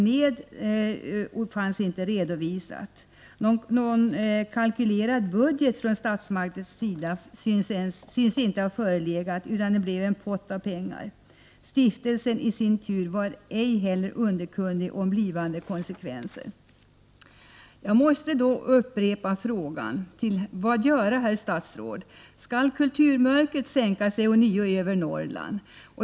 Det synes inte ha förelegat någon kalkylerad budget från statsmaktens sida, utan en pott av pengarna hade satts av. Stiftelsen i sin tur var ej heller underkunnig om framtida konsekvenser. Jag måste då upprepa frågan: Vad göra, herr statsråd? Skall kulturmörkret ånyo sänka sig över Norrland?